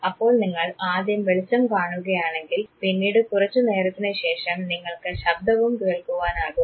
അപ്പോൾ നിങ്ങൾ ആദ്യം വെളിച്ചം കാണുകയാണെങ്കിൽ പിന്നീട് കുറച്ചു നേരത്തിനു ശേഷം നിങ്ങൾക്ക് ശബ്ദവും കേൾക്കുവാനാവും